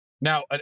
now